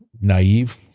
naive